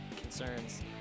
concerns